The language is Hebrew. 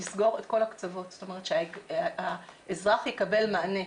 לסגור את כל הקצוות שהאזרח יקבל מענה.